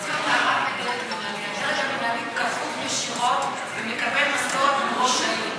הדרג המינהלי כפוף ישירות ומקבל משכורת מראש העיר.